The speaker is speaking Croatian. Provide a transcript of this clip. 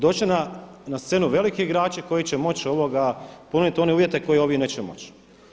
Doći će na scenu veliki igrači koji će moći ponuditi one uvjete koje ovi neće moći.